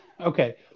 Okay